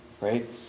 right